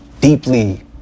deeply